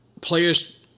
players